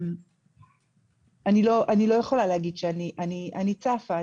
אני צפה.